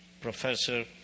professor